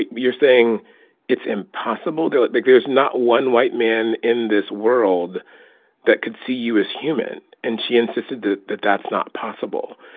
you're saying it's impossible. like, there's not one white man in this world that could see you as human. and she insisted that that that's not possible.